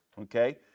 Okay